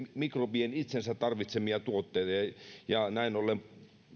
mikrobien itsensä tarvitsemia tuotteita ja näin ollen